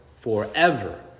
forever